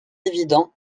évident